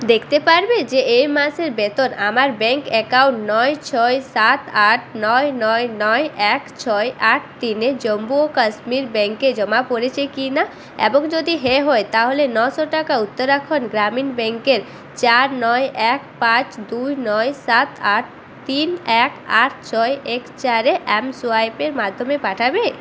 দেখতে পারবে যে এই মাসের বেতন আমার ব্যাঙ্ক অ্যাকাউন্ট নয় ছয় সাত আট নয় নয় নয় এক ছয় আট তিনে জম্মু ও কাশ্মীর ব্যাঙ্কে জমা পড়েছে কি না এবং যদি হ্যাঁ হয় তাহলে নশো টাকা উত্তরাখণ্ড গ্রামীণ ব্যাঙ্কের চার নয় এক পাঁচ দুই নয় সাত আট তিন এক আট ছয় এক চার এ এমসোয়াইপের মাধ্যমে পাঠাবে